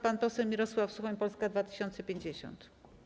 Pan poseł Mirosław Suchoń, Polska 2050.